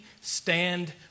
stand